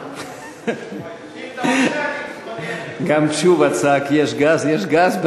גם תשובה צעק: יש גז, יש גז.